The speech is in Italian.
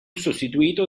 sostituito